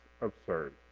absurd